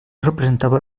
representava